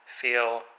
feel